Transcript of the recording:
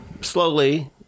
slowly